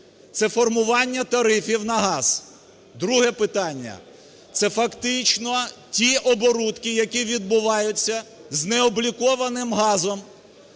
це формування тарифів на газ. Друге питання – це фактично ті оборудки, які відбуваються з необлікованим газом